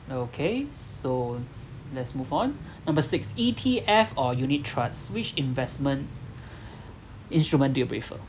okay so let's move on number six E_T_F or unit trusts which investment instrument do you prefer